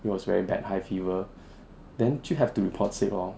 it was very bad high fever then 就 have to report sick lor